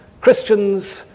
Christians